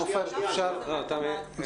מתן כהנא (הבית היהודי - האיחוד הלאומי):